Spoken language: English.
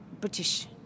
British